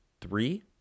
Three